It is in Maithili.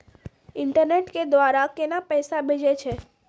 इंटरनेट के द्वारा केना पैसा भेजय छै?